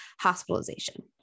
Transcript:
hospitalization